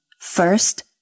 First